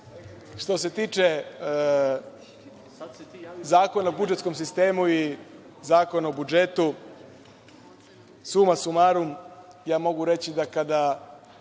što se tiče Zakona o budžetskom sistemu i Zakona o budžetu, suma sumarum, ja mogu reći da kada